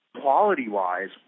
Quality-wise